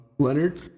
Leonard